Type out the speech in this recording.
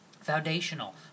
foundational